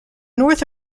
north